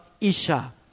Isha